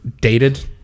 dated